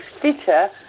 fitter